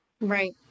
right